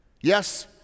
Yes